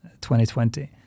2020